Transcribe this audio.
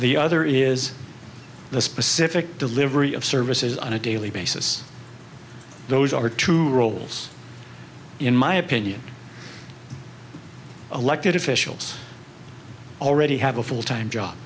the other is the specific delivery of services on a daily basis those are two roles in my opinion elected officials already have a full time job